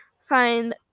find